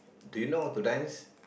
do you know how to dance